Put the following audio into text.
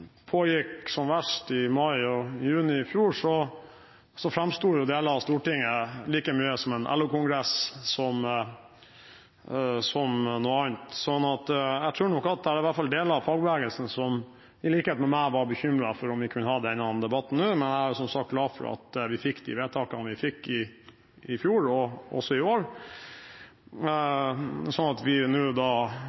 pågikk som verst, i mai og juni i fjor, framsto deler av Stortinget like mye som en LO-kongress som noe annet. Jeg tror nok at det i hvert fall er deler av fagbevegelsen som i likhet med meg var bekymret for om vi kunne ha denne debatten nå. Men jeg er som sagt glad for at vi fikk de vedtakene vi fikk i fjor, og også i år, sånn at vi nå